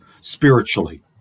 spiritually